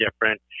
different